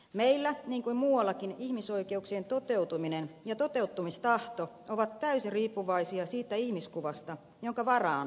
meillä niin kuin muuallakin ihmisoikeuksien toteutuminen ja toteuttamistahto ovat täysin riippuvaisia siitä ihmiskuvasta jonka varaan politiikkaa tehdään